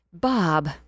Bob